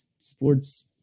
Sports